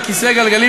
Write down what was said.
על כיסא גלגלים: